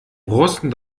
russen